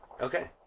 Okay